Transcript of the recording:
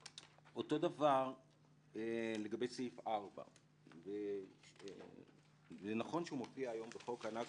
אותו דבר לגבי סעיף 4. נכון שהוא מופיע היום בחוק הנכבה,